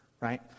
right